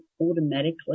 automatically